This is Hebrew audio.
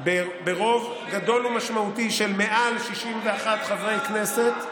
ברוב גדול ומשמעותי של מעל 61 חברי כנסת.